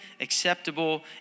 acceptable